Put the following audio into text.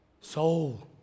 Soul